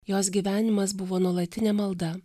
jos gyvenimas buvo nuolatinė malda